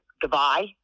goodbye